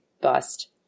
bust